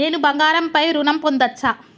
నేను బంగారం పై ఋణం పొందచ్చా?